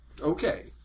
Okay